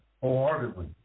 wholeheartedly